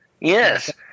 Yes